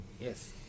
Yes